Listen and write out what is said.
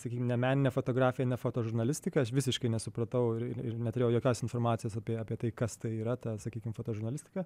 sakykim ne meninė fotografija ne fotožurnalistika aš visiškai nesupratau ir neturėjau jokios informacijos apie tai apie tai kas tai yra ta sakykim fotožurnalistika